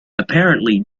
apparently